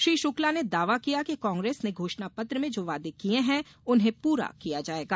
श्री शुक्ला ने दावा किया कि कांग्रेस ने घोषणा पत्र में जो वादे किये हैं उन्हें पूरा किया जाएगा